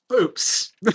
Oops